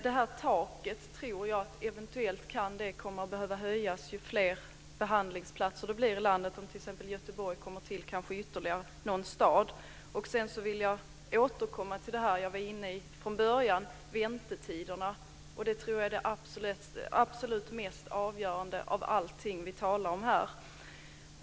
Jag tror att taket eventuellt kan komma att behöva höjas ju fler behandlingsplatser det blir i landet, t.ex. om Göteborg kommer till och kanske ytterligare någon stad. Sedan vill jag återkomma till det jag var inne på i början, nämligen väntetiderna. Det tror jag är det absolut mest avgörande av allting vi talar om här.